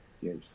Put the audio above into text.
yes